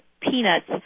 peanuts